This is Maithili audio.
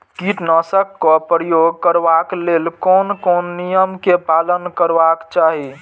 कीटनाशक क प्रयोग करबाक लेल कोन कोन नियम के पालन करबाक चाही?